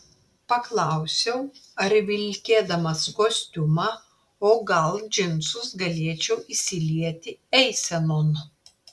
paklausiau ar vilkėdamas kostiumą o gal džinsus galėčiau įsilieti eisenon